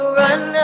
run